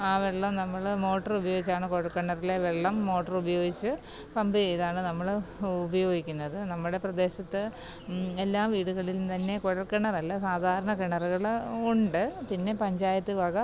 ആ വെള്ളം നമ്മൾ മോട്ടറുപയോഗിച്ചാണ് കുഴല്ക്കിണറിലെ വെള്ളം മോട്ടറുപയോഗിച്ച് പമ്പ് ചെയ്താണ് നമ്മൾ ഉപയോഗിക്കുന്നത് നമ്മുടെ പ്രദേശത്ത് എല്ലാ വീടുകളിലും തന്നെ കുഴല്ക്കിണറല്ല സാധാരണ കിണറുകൾ ഉണ്ട് പിന്നെ പഞ്ചായത്ത് വക